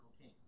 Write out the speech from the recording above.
king